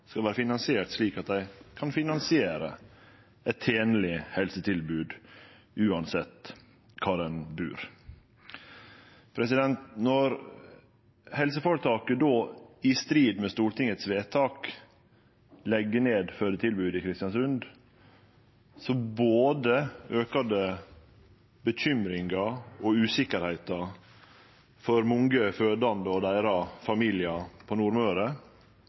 kan gje eit tenleg helsetilbod uansett kvar ein bur. Når helseføretaket då i strid med stortingsvedtaket legg ned fødetilbodet i Kristiansund, aukar det både bekymringa og usikkerheita for mange fødande og deira familiar på